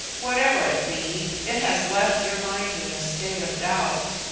whatever it be, it has left your mind in a state of doubt.